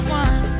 one